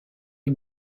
les